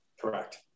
Correct